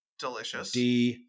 Delicious